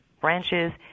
branches